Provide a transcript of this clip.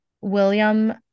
William